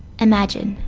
imagine,